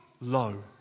low